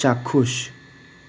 চাক্ষুষ